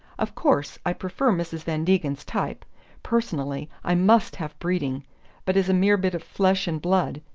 of course i prefer mrs. van degen's type personally, i must have breeding but as a mere bit of flesh and blood.